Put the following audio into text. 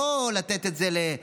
לא לתת את זה לסלים,